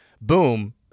Boom